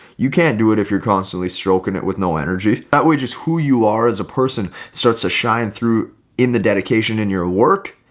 you can't do it if you're constantly stroking it with no energy that way, just who you are as a person starts to shine through in the dedication in your work,